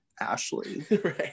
Ashley